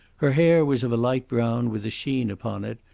her hair was of a light brown with a sheen upon it,